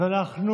אז אנחנו